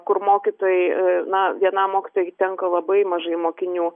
kur mokytojai na vienam mokytojui tenka labai mažai mokinių